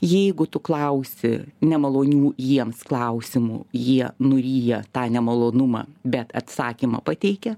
jeigu tu klausi nemalonių jiems klausimų jie nuryja tą nemalonumą bet atsakymą pateikia